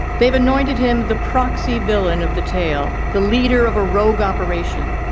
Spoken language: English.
they've anointed him the proxy villain of the tale the leader of a rogue operation.